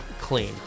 clean